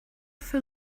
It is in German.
für